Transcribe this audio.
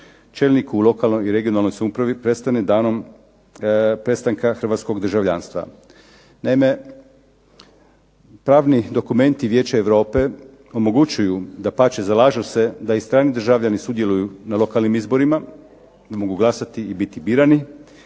čelniku u lokalnoj i regionalnoj samoupravi prestane danom prestanka hrvatskog državljanstva. Naime, pravni dokumenti Vijeća Europe omogućuju, dapače zalažu se da i strani državljani sudjeluju na lokalnim izborima, da mogu glasati i biti birani.